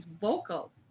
vocal